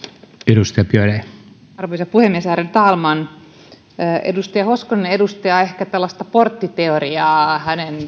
arvoisa puhemies ärade talman edustaja hoskonen edustaa ehkä tällaista porttiteoriaa hänen